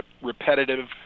repetitive